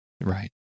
Right